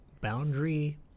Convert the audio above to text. boundary